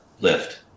lift